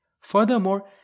Furthermore